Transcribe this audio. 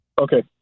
Okay